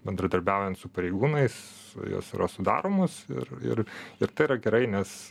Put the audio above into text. bendradarbiaujant su pareigūnais jos yra sudaromos ir ir ir tai yra gerai nes